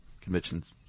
convictions